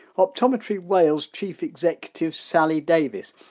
optometry wales chief executive, sali davis,